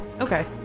Okay